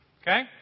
Okay